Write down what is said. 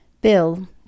Bill